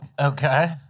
Okay